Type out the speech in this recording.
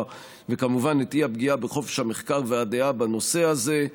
וכמובן את האי-פגיעה בחופש המחקר והדעה בנושא הזה.